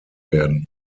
werden